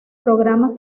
programas